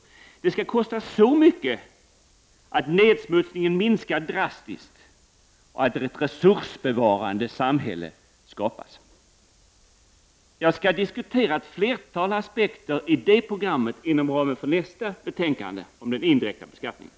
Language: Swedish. Det skall kosta så mycket att nedsmutsningen minskar drastiskt och att ett resursbevarande samhälle skapas. Jag skall diskutera ett flertal aspekter i det programmet inom ramen för nästa betänkande om den indirekta beskattningen.